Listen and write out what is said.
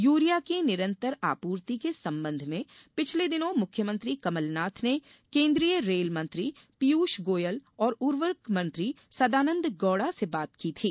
urea की निरंतर आपूर्ति के संबंध में पिछले दिनों मुख्यमंत्री कमल नाथ ने केन्द्रीय रेल मंत्री पीयूष गोयल और उर्वरक मंत्री सदानंद गौड़ा से बात की थीं